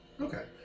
Okay